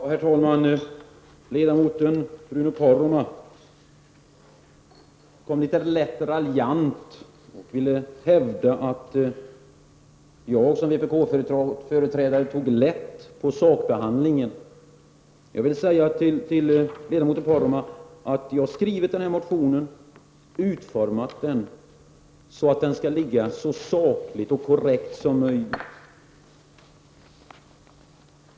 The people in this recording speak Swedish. Herr talman! Ledamoten Bruno Poromaa ville en smula raljant hävda att jag som vpk-företrädare tog lätt på sakbehandlingen. Jag vill säga till ledamoten Poromaa att jag har utformat motionen så att den skall vara så saklig och korrekt som möjligt.